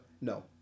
No